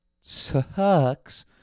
sucks